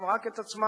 רק את עצמם.